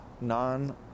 non